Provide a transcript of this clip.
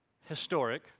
historic